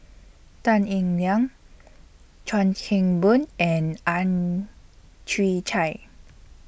Tan Eng Liang Chuan Keng Boon and Ang Chwee Chai